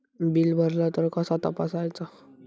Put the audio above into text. Bill भरला तर कसा तपसायचा?